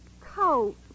coat